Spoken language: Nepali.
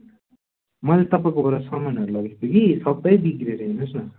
मैले तपाईँकोबाट सामानहरू लगेको थिएँ कि सबै बिग्रेर हेर्नु होस् न